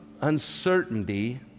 uncertainty